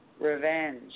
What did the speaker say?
revenge